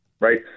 right